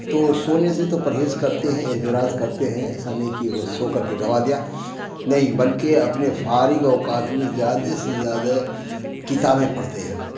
تو سونے سے تو پرہیز کرتے ہیں اعتراض کرتے ہیں ایسا نہیں کہ وہ سو کر کے گنوا دیا نہیں بلکہ اپنے فارغ اوقات میں زیادہ سے زیادہ کتابیں پڑھتے ہیں